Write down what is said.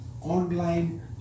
online